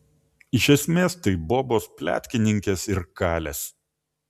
iš esmės tai bobos pletkininkės ir kalės